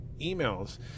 emails